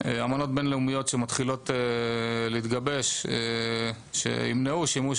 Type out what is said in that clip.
אמנות בין-לאומיות שמתחילות להתגבש שימנעו שימוש